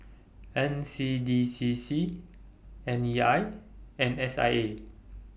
N C D C C N E I and S I A